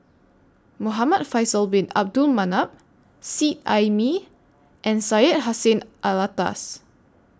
Muhamad Faisal Bin Abdul Manap Seet Ai Mee and Syed Hussein Alatas